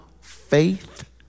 faith